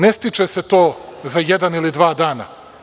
Ne stiče se to za jedan ili dva dana.